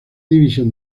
división